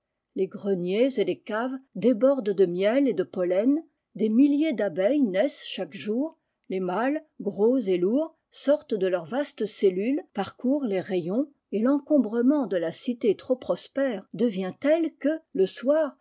les greniers et les caves débordent de miel et de pollen deg milliers d'abeilles naissent chaque jour les mâles gros et lourds sortent de leurs vastes cellules parcourent les rayons et tencombrement de la cité trop prospère devient tel que le soir